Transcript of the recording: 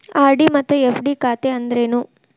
RD ಮತ್ತ FD ಖಾತೆ ಅಂದ್ರೇನು